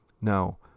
now